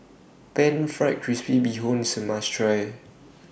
Pan Fried Crispy Bee Hoon IS A must Try